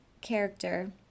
character